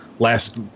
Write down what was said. Last